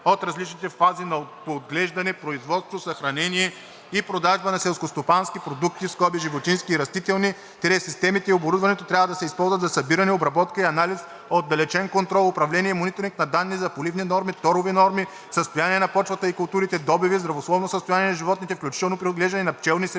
от различните фази по отглеждане, производство, съхранение и продажба на селскостопански продукти (животински и растителни) – системите и оборудването трябва да се използват за събиране, обработка и анализ, отдалечен контрол, управление и мониторинг на данни за поливни норми, торови норми, състояние на почвата и културите, добиви, здравословно състояние на животните, включително при отглеждане на пчелни семейства,